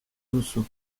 duzu